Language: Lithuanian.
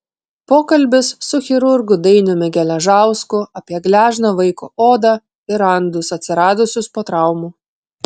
pokalbis su chirurgu dainiumi geležausku apie gležną vaiko odą ir randus atsiradusius po traumų